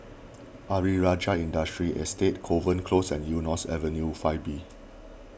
Ayer Rajah Industrial Estate Kovan Close and Eunos Avenue five B